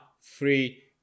free